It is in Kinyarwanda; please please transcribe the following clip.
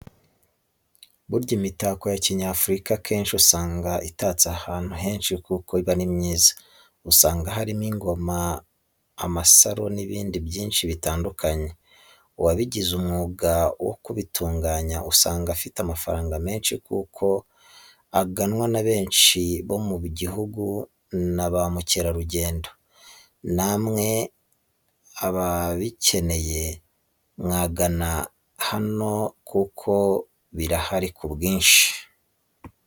Burya imitako ya kinyafurika akenshi usanga itatse ahantu henshi kuko iba ari myiza. usanga harimo ingoma amasaro n'ibindi byinshi bitandukanye, uwabigize umwuga wo kubitunganya usanga afite amafaranga menshi kuko aganwa na benshi bo mu gihugu na bamukerarugendo. Namwe ababikeneye mwagana hano kuko birahari ku bwinshi.